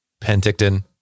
Penticton